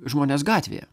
žmones gatvėje